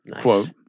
quote